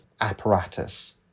apparatus